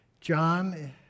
john